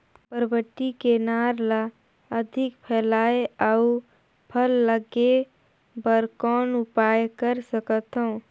बरबट्टी के नार ल अधिक फैलाय अउ फल लागे बर कौन उपाय कर सकथव?